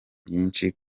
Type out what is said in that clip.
byinshi